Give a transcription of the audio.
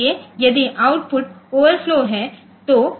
इसलिए यदि output overflow है